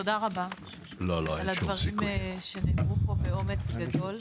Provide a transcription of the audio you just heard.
תודה רבה על הדברים שנאמרו פה באומץ גדול.